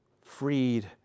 freed